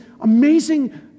amazing